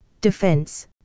defense